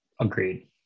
Agreed